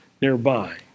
nearby